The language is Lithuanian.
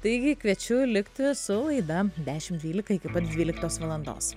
taigi kviečiu likti su laida dešim dvylika iki pat dvyliktos valandos